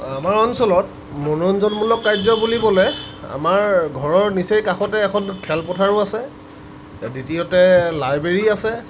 আমাৰ অঞ্চলত মনোৰঞ্জনমূলক কাৰ্য বুলিবলৈ আমাৰ ঘৰৰ নিচেই কাষতে এখন খেলপথাৰো আছে দ্বিতীয়তে লাইব্ৰেৰী আছে